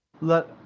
let